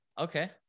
Okay